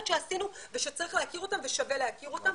שעשינו ושצריך להכיר אותם ושווה להכיר אותם.